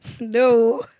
No